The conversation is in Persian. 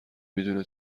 میدونه